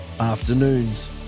Afternoons